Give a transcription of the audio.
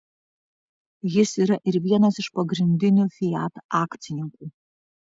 jis yra ir vienas iš pagrindinių fiat akcininkų